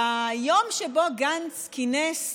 ביום שבו גנץ כינס קהל,